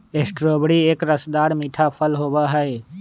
strawberry एक रसदार मीठा फल होबा हई